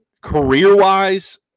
career-wise